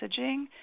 messaging